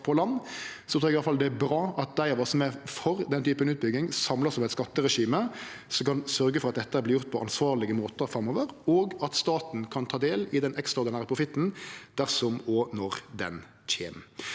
Eg trur iallfall det er bra at dei av oss som er for den typen utbygging, samlar oss om eit skatteregime som kan sørgje for at dette vert gjort på ansvarlege måtar framover, og at staten kan ta del i den ekstraordinære profitten dersom og når han kjem.